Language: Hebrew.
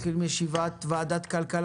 אנחנו מתחילים ישיבה ראשונה של ועדת הכלכלה